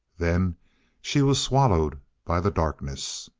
then she was swallowed by the darkness.